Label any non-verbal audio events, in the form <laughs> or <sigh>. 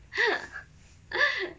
<laughs>